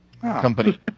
Company